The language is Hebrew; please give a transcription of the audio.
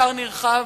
כר נרחב